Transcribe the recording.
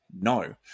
No